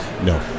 No